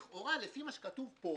לכאורה, לפי מה שכתוב פה,